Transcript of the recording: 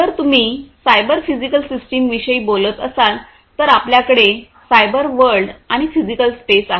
जर तुम्ही cyber physical सिस्टीमविषयी बोलत असाल तर आपल्याकडे सायबर वर्ल्ड आणि फिजिकल स्पेस आहेत